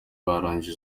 barangije